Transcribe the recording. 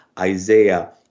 Isaiah